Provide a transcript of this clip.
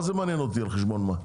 לא מעניין אותי על חשבון מה.